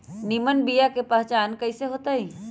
निमन बीया के पहचान कईसे होतई?